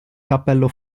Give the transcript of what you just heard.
cappello